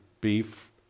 beef